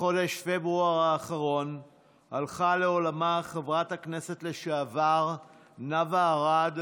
בחודש פברואר האחרון הלכה לעולמה חברת הכנסת לשעבר נאוה ארד,